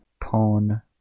Pawn